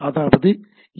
அதாவது எஃப்